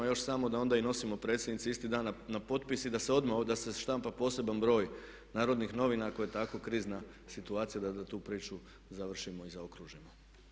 Još samo da onda i nosimo predsjednici isti dan na potpis i da se odmah, da se štampa poseban broj Narodnih novina ako je tako krizna situacija da tu priču završimo i zaokružimo.